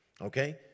Okay